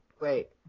Wait